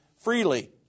freely